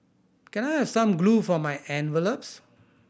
can I have some glue for my envelopes